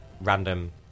random